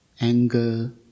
anger